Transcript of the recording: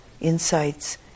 insights